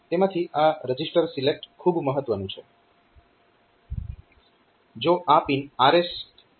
તેમાંથી આ register select ખૂબ મહત્વનું છે